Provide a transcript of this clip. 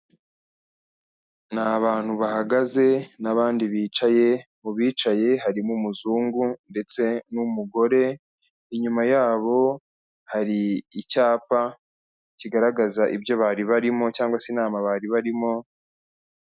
Ni abantu bahagaze na bandi bicaye, mu bicaye harimo umuzungu ndetse n'umugore, inyuma yabo hari icyapa kigaragaza ibyo bari barimo cyangwa se inama bari barimo.